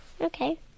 Okay